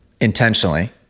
intentionally